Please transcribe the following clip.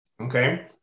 okay